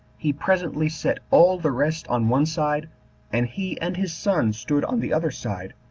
he presently set all the rest on one side and he and his son stood on the other side,